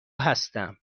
هستم